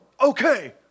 okay